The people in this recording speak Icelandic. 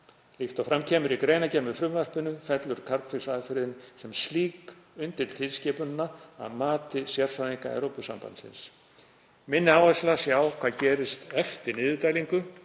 Líkt og fram kemur í greinargerð með frumvarpinu fellur Carbfix-aðferðin sem slík undir tilskipunina að mati sérfræðinga Evrópusambandsins. Minni áhersla sé á hvað gerist eftir niðurdælingu,